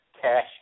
cash